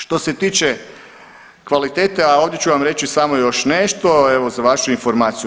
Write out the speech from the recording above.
Što se tiče kvalitete, a ovdje ću vam reći samo još nešto evo za vašu informaciju.